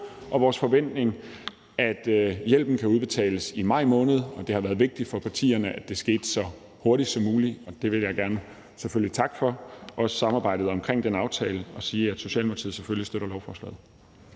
og vores forventning, at hjælpen kan udbetales i maj måned. Det har været vigtigt for partierne, at det skete så hurtigt som muligt. Det vil jeg gerne selvfølgelig takke for, også samarbejdet omkring den aftale, og sige, at Socialdemokratiet selvfølgelig støtter lovforslaget.